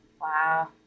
wow